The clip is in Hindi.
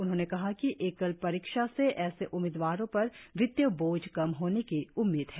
उन्होंने कहा कि एकल परीक्षा से ऐसे उम्मीदवारो पर वित्तीय बोझ कम होने की उम्मीद है